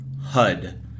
hud